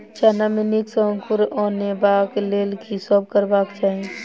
चना मे नीक सँ अंकुर अनेबाक लेल की सब करबाक चाहि?